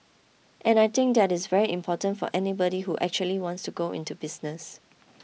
and I think that is very important for anybody who actually wants to go into business